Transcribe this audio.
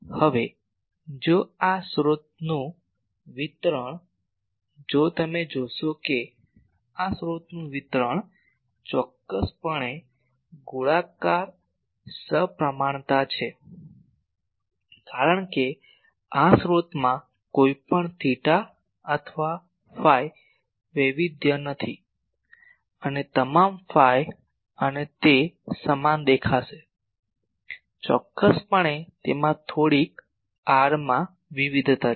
હવે જો આ સ્રોતનું વિતરણ જો તમે જોશો કે આ સ્રોતનું વિતરણ ચોક્કસપણે ગોળાકાર સપ્રમાણતા છે કારણ કે આ સ્રોતમાં કોઈ પણ થિટા અથવા ફાઈ વૈવિધ્ય નથી અને તમામ ફાઇ અને થિટા તે સમાન દેખાશે ચોક્કસપણે તેમાં થોડીક r માં વિવિધતા છે